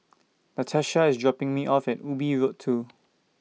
Latarsha IS dropping Me off At Ubi Road two